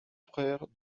frère